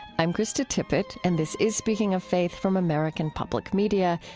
i'm krista tippett, and this is speaking of faith from american public media.